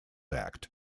act